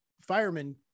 firemen